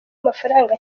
amafaranga